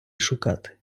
шукати